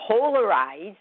polarized